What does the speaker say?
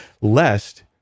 lest